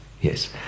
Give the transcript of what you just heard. yes